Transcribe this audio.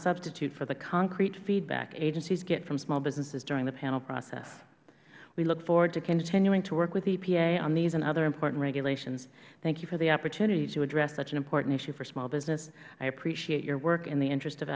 substitute for the concrete feedback agencies get from small businesses during the panel process we look forward to continuing to work with epa on these and other important regulations thank you for the opportunity to address such an important issue for small business i appreciate your work in the